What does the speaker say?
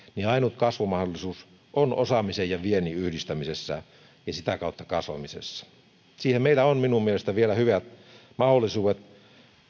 ainut kasvumahdollisuus on osaamisen ja viennin yhdistämisessä ja sitä kautta kasvamisessa siinä meillä on minun mielestäni vielä hyvät mahdollisuudet